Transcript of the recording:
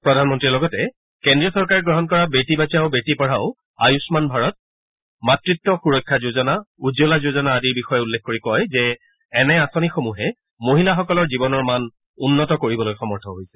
প্ৰধানমন্ত্ৰীয়ে লগতে কেন্দ্ৰীয় চৰকাৰে গ্ৰহণ কৰা বেটী বচাও বেটী পঢ়াও আয়ুম্মান ভাৰত মাত্ত্ব সুৰক্ষা যোজনা উজ্বলা যোজনা আদিৰ বিষয়ে উল্লেখ কৰে যি মহিলাসকলৰ জীৱনৰ মান উন্নত কৰিবলৈ সক্ষম হৈছে